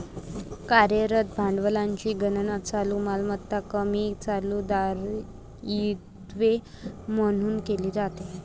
कार्यरत भांडवलाची गणना चालू मालमत्ता कमी चालू दायित्वे म्हणून केली जाते